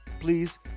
Please